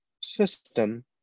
system